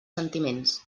sentiments